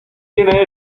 tiene